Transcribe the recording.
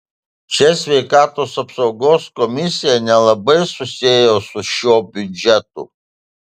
čia sveikatos apsaugos komisija nelabai susiejo su šiuo biudžetu